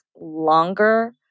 longer